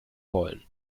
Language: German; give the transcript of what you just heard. wollen